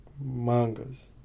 mangas